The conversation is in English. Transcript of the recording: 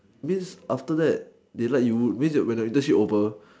I mean after that they like you means that when your internship over